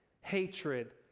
hatred